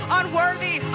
unworthy